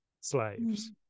slaves